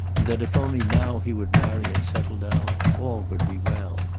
and that if only now he would marry and settle down all would be well.